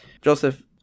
Joseph